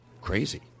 Crazy